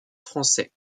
français